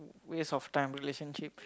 waste of time relationship